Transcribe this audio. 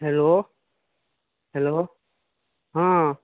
hello hello हँ